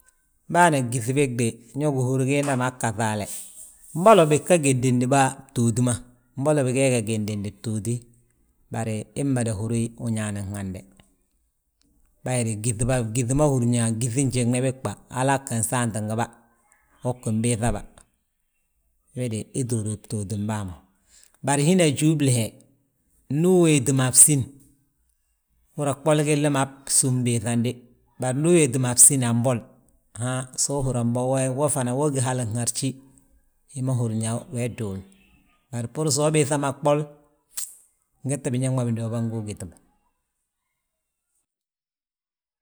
Baana gyíŧi bég de ñe gihúri giinda ma gaŧi hale. Mboli bii gga gédidi bà btooti ma, mbo bigee ga gédindi btooti, bari ii mmada húri uñaani hande. Bayiri yíŧi bà, gyíŧi ma húrin yaa gyíŧi njiŋne bég bà, halaa ggin saanti ngi bà, ii ggim biiŧa bà. We de ii ttúur btootim bàa ma, bari hina júbli he, ndu uwéeti ma bsín, húri yaa gboli gilli maa ssúm biiŧani de. Bari ndu uwéeti ma a bsín anbol, so uhúri yaa we, mbol we fana, wo gí hali harji, hi ma húrin yaa wee dduul; Bari bbúru so ubiiŧi ma a gbol, ngette biñaŋ ma bindúba ngi wi giti mo.